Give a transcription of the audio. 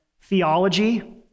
theology